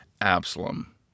Absalom